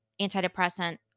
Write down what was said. antidepressant